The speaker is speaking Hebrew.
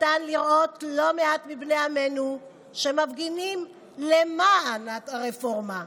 ניתן לראות לא מעט מבני עמנו שמפגינים למען הרפורמה,